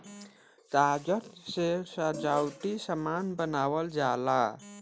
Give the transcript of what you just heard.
कागज से सजावटी सामान बनावल जाला